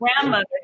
grandmother